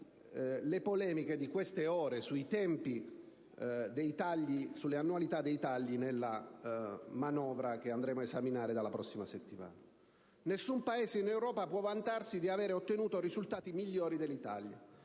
le polemiche di queste ore sulle annualità dei tagli, nella manovra che andremo a esaminare dalla prossima settimana. Nessun Paese in Europa può vantarsi di avere ottenuto risultati migliori dell'Italia;